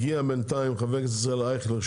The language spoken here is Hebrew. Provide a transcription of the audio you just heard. הגיע בנתיים חבר הכנסת ישראל אייכלר,